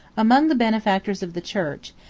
among the benefactors of the church,